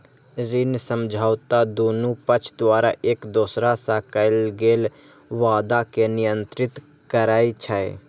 ऋण समझौता दुनू पक्ष द्वारा एक दोसरा सं कैल गेल वादा कें नियंत्रित करै छै